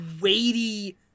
weighty